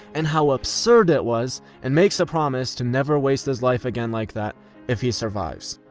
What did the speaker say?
and how absurd it was, and makes a promise to never waste his life again like that if he survives.